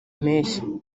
mpeshyi